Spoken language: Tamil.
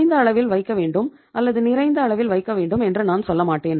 குறைந்த அளவில் வைக்க வேண்டும் அல்லது நிறைந்த அளவில் வைக்க வேண்டும் என்று நான் சொல்ல மாட்டேன்